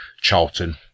Charlton